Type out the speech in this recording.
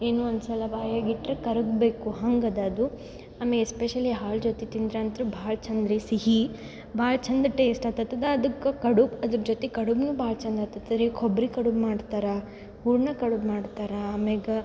ಏನು ಅನ್ಸೋಲ್ಲ ಬಾಯಾಗ್ ಇಟ್ಟರೆ ಕರಗಬೇಕು ಹಂಗೆ ಅದ ಅದು ಅಮೆ ಎಸ್ಪೆಷಲಿ ಹಾಲು ಜೊತೆ ತಿಂದರೆ ಅಂತು ಭಾಳ ಚಂದ ರೀ ಸಿಹಿ ಭಾಳ್ ಚಂದ ಟೇಸ್ಟ್ ಆಗ್ತದ ಅದುಕ್ಕೆ ಕಡುಬು ಅದ್ರ ಜೊತೆ ಕಡುಬನ್ನು ಭಾಳ್ ಚಂದ ಆಗ್ತತ್ ರೀ ಕೊಬ್ಬರಿ ಕಡುಬು ಮಾಡ್ತಾರೆ ಹೂರಣ ಕಡುಬು ಮಾಡ್ತಾರ ಆಮೇಲೆ